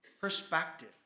perspective